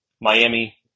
Miami